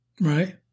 Right